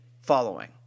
following